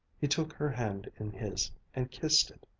he took her hand in his and kissed it.